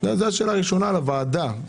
זו השאלה הראשונה לוועדה.